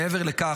מעבר לכך,